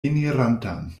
enirantan